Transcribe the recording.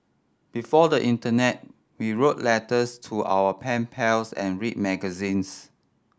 before the internet we wrote letters to our pen pals and read magazines